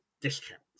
discount